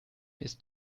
ist